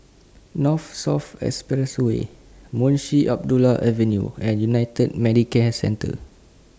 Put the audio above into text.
North South Expressway Munshi Abdullah Avenue and United Medicare Centre